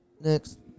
next